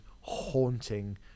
haunting